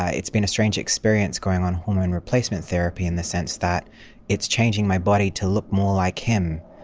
ah it's been a strange experience going on hormone replacement therapy, in the sense that it's changing my body to look more like him,